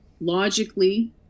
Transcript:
logically